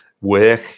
work